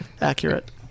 Accurate